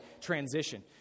transition